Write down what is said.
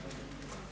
Hvala.